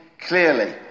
clearly